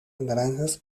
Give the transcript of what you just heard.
naranjas